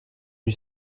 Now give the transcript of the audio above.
lui